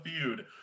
feud